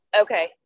Okay